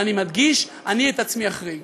ואני מדגיש: את עצמי אחריג.